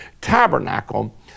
tabernacle